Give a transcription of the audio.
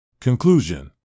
Conclusion